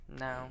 No